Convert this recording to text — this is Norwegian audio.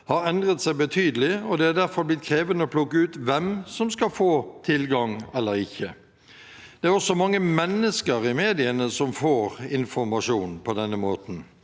har endret seg betydelig, og det er derfor blitt krevende å plukke ut hvem som skal få tilgang eller ikke. Det er også mange mennesker i mediene som får informasjonen på denne måten.